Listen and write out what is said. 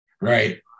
Right